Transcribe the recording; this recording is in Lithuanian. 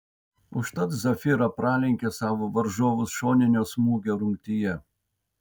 užtat zafira pralenkė savo varžovus šoninio smūgio rungtyje